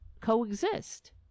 coexist